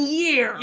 year